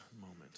moment